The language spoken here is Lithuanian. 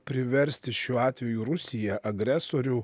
priversti šiuo atveju rusiją agresorių